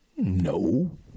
No